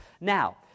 Now